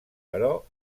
però